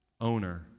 Owner